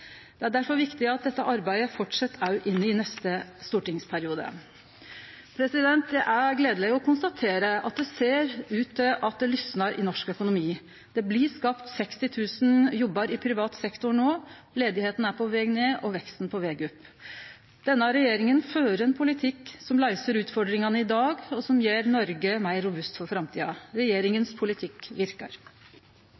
Det er difor viktig at dette arbeidet held fram òg i neste stortingsperiode. Det er gledeleg å konstatere at det ser ut til at det lysnar i norsk økonomi. Det blir skapt 60 000 jobbar i privat sektor no. Arbeidsløysa er på veg ned og veksten på veg opp. Denne regjeringa fører ein politikk som løyser utfordringane i dag, og som gjer Noreg meir robust for framtida. Regjeringa